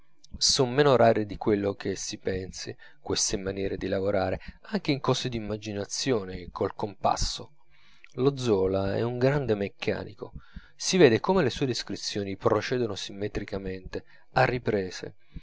son meno rare di quello che si pensi queste maniere di lavorare anche in cose d'immaginazione col compasso lo zola è un grande meccanico si vede come le sue descrizioni procedono simmetricamente a riprese